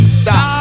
stop